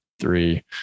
three